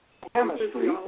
chemistry